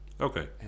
okay